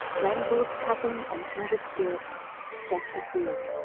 glenn gould's cousin and kindred spirit jessie grieg.